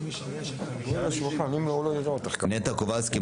נטע קובלסקי,